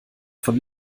von